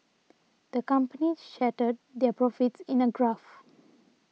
the company charted their profits in a graph